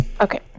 Okay